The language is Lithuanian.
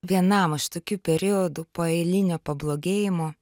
vienam aš tokiu periodu po eilinio pablogėjimo